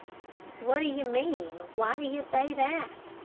what do you mean? why do you say that?